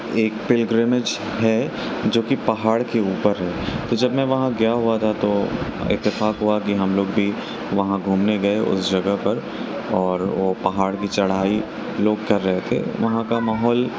ایک پلگریمیج ہے جو کہ پہاڑ کے اوپر ہے تو جب میں وہاں گیا ہوا تھا تو اتفاق ہوا کہ ہم لوگ بھی وہاں گھومنے گئے اس جگہ پر اور وہ پہاڑ کی چڑھائی لوگ چڑھ رہے تھے وہاں کا ماحول